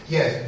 Yes